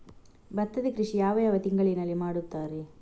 ಭತ್ತದ ಕೃಷಿ ಯಾವ ಯಾವ ತಿಂಗಳಿನಲ್ಲಿ ಮಾಡುತ್ತಾರೆ?